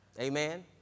Amen